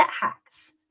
hacks